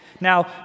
Now